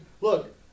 look